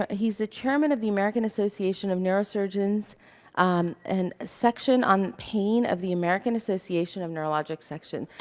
ah he's the chair and of the american association of neurosurgeons and section on pain of the american association of neurologic section.